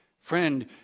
Friend